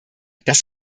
das